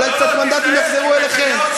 אולי קצת מנדטים יחזרו אליכם.